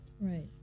Right